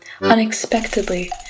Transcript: Unexpectedly